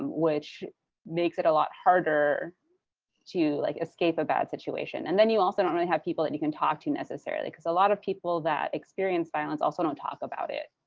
which makes it a lot harder to like escape a bad situation. and then you also don't really have people that you can talk to necessarily. because a lot of people that experience violence also don't talk about it.